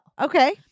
Okay